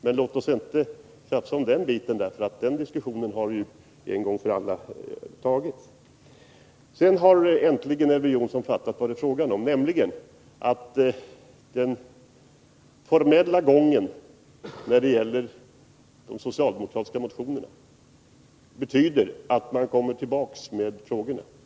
Men låt oss inte gräla om den biten, för den diskussionen har en gång för alla klarats av. Nu har äntligen Elver Jonsson fattat vad det är fråga om, nämligen att den formella gången när det gäller de socialdemokratiska motionerna betyder att vi kommer tillbaka med frågorna.